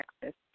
Texas